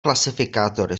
klasifikátory